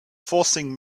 forcing